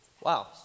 Wow